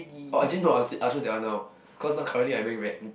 orh actually no I st~ I'll choose that one now cause now currently I very